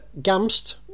Gamst